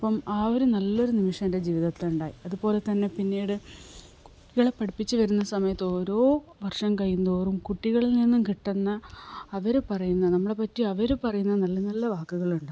അപ്പം ആ ഒരു നല്ലൊരു നിമിഷം എൻ്റെ ജീവിതത്തിലുണ്ടായി അതു പോലെ തന്നെ പിന്നീട് കുട്ടികളെ പഠിപ്പിച്ചുവരുന്ന സമയത്ത് ഒരോ വർഷം കഴിയുന്തോറും കുട്ടികളിൽ നിന്നും കിട്ടുന്ന അവർ പറയുന്ന നമ്മളെ പറ്റി അവർ പറയുന്ന നല്ല നല്ല വാക്കുകളുണ്ടാവും